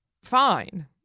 Fine